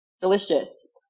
Delicious